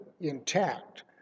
intact